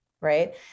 Right